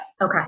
Okay